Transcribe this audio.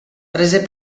prese